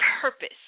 purpose